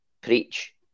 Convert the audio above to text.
preach